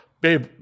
babe